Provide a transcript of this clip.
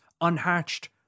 unhatched